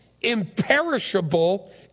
imperishable